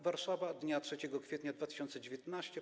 Warszawa, dnia 3 kwietnia 2019 r.